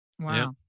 Wow